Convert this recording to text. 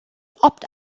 opt